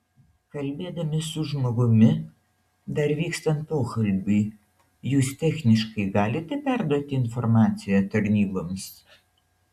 kalbėdami su žmogumi dar vykstant pokalbiui jūs techniškai galite perduoti informaciją tarnyboms